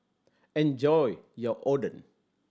enjoy your Oden